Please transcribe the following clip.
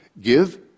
give